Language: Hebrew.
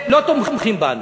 לא תומכים בנו.